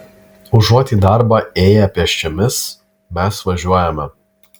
užuot į darbą ėję pėsčiomis mes važiuojame